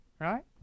Right